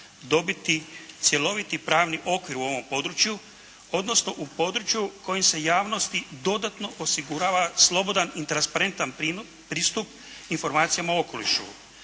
dobiti cjeloviti pravni okvir u ovom području odnosno u području kojim se javnosti dodatno osigurava slobodan i transparentan pristup informacijama o okolišu.